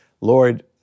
Lord